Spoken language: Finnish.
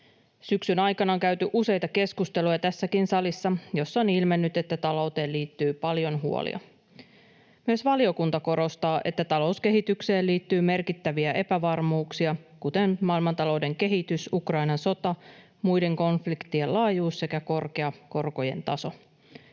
Syksyn aikana on käyty tässäkin salissa useita keskusteluja, joissa on ilmennyt, että talouteen liittyy paljon huolia. Myös valiokunta korostaa, että talouskehitykseen liittyy merkittäviä epävarmuuksia, kuten maailmantalouden kehitys, Ukrainan sota, muiden konfliktien laajuus sekä korkea korkojen taso.